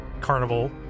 carnival